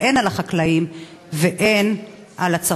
חיים ילין (יש עתיד):